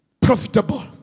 profitable